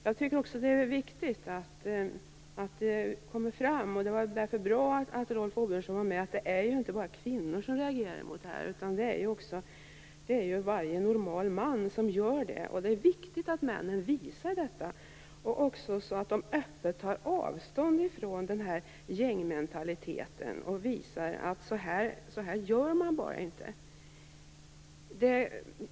Jag tycker att det är viktigt att det också kommer fram - och därför är det bra att Rolf Åbjörnsson deltar i debatten - att det inte bara är kvinnor som reagerar mot detta, utan att varje normal man gör det. Det är viktigt att männen visar detta, öppet tar avstånd från den här gängmentaliteten, och säger: Så här gör man bara inte.